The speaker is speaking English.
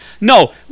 No